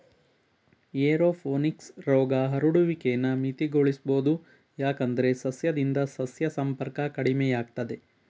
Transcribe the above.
aeroponics ರೋಗ ಹರಡುವಿಕೆನ ಮಿತಿಗೊಳಿಸ್ಬೋದು ಯಾಕಂದ್ರೆ ಸಸ್ಯದಿಂದ ಸಸ್ಯ ಸಂಪರ್ಕ ಕಡಿಮೆಯಾಗ್ತದೆ